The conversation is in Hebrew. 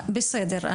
בסדר,